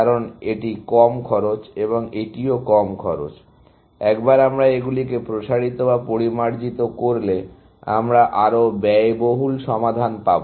কারণ এটি কম খরচ এবং এটিও কম খরচ একবার আমরা এগুলিকে প্রসারিত বা পরিমার্জিত করলে আমরা আরও ব্যয়বহুল সমাধান পাব